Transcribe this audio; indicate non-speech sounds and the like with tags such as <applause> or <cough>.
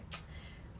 <noise>